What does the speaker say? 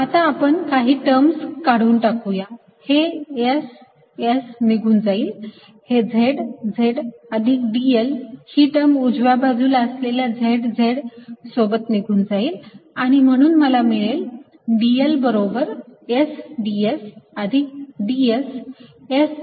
आता आपण काही टर्म्स काढून टाकूया हे S S निघून जाईल हे Z Z अधिक dl ही टर्म उजव्या बाजूला असलेल्या Z Z सोबत निघून जाईल आणि म्हणून मला मिळेल dl बरोबर S ds अधिक ds S अधिक dz Z